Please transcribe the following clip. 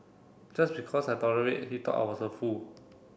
just because I tolerate he thought I was a fool